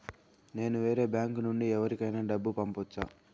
నేను వేరే బ్యాంకు నుండి ఎవరికైనా డబ్బు పంపొచ్చా?